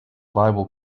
bible